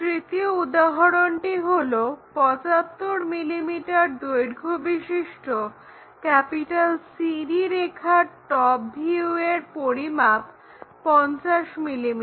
তৃতীয় উদাহরণটি হলো 75 mm দৈর্ঘ্য বিশিষ্ট CD রেখার টপ ভিউ এর পরিমাপ 50 mm